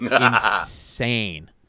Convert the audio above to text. insane